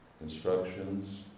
instructions